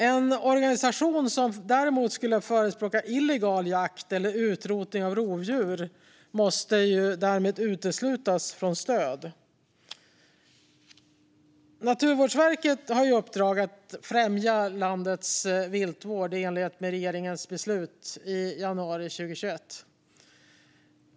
En organisation som däremot skulle förespråka illegal jakt eller utrotning av rovdjur måste därmed uteslutas från stöd. Naturvårdsverket har i enlighet med regeringens beslut från i januari 2021 i uppdrag att främja landets viltvård.